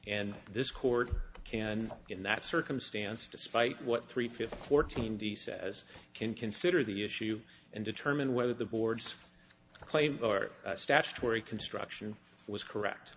and this court can in that circumstance despite what three fifty fourteen the says can consider the issue and determine whether the board's claim or statutory construction was correct